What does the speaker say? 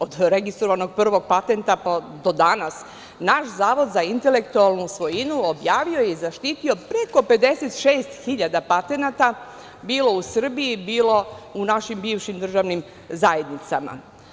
Od registrovanog prvog patenta pa do danas, naš Zavod za intelektualnu svojinu objavio je i zaštitio preko 56.000 patenata, bilo u Srbiji, bilo u našim bivšim državnim zajednicama.